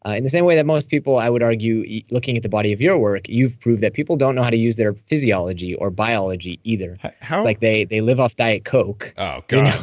and the same way that most people, i would argue looking at the body of your work, you've proved that people don't know how to use their physiology or biology either how like they they live off diet coke oh, god.